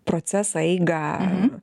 procesą eigą